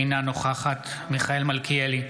אינה נוכחת מיכאל מלכיאלי,